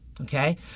Okay